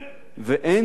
ואין זרם